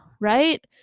Right